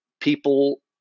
people